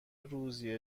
روزی